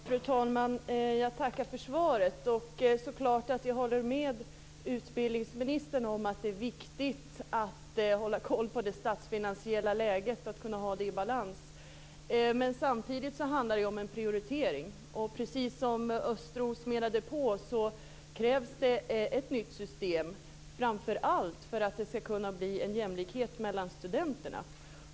Fru talman! Jag tackar för svaret. Jag håller naturligtvis med utbildningsministern om att det är viktigt att hålla koll på det statsfinansiella läget och att kunna ha det i balans. Men samtidigt handlar det ju om en prioritering. Precis som Thomas Östros menade, krävs det ett nytt system, framför allt för att det skall kunna bli jämlikhet mellan studenterna.